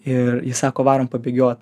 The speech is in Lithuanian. ir jis sako varom pabėgiot